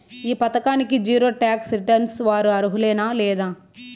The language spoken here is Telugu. ఈ పథకానికి జీరో టాక్స్ రిటర్న్స్ వారు అర్హులేనా లేనా?